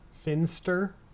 Finster